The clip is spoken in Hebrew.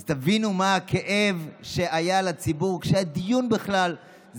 אז תבינו מה הכאב שהיה לציבור שהיה בכלל דיון סביב